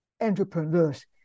entrepreneurs